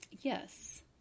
Yes